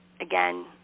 Again